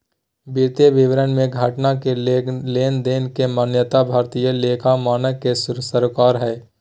वित्तीय विवरण मे घटना के लेनदेन के मान्यता भारतीय लेखा मानक के सरोकार हय